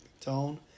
tone